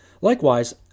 Likewise